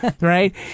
right